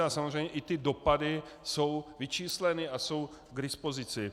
A samozřejmě i ty dopady jsou vyčísleny a jsou k dispozici.